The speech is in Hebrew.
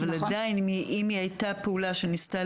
אבל עדיין אם היא הייתה פעולה שניסתה